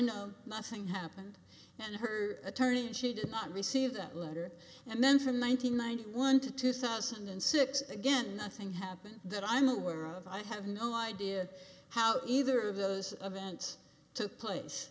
know nothing happened and her attorney and she did not receive that letter and then from one nine hundred ninety one to two thousand and six again nothing happened that i'm aware of i have no idea how either of those events took place